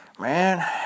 Man